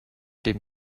dem